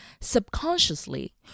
subconsciously